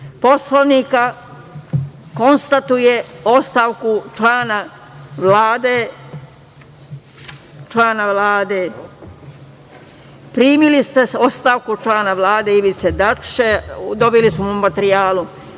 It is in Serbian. Poslovnika konstatuje ostavku člana Vlade. Primili ste ostavku člana Vlade Ivice Dačića, dobili smo u materijalu,